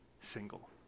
single